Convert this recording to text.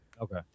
okay